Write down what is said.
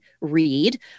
Read